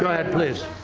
go head please